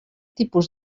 tipus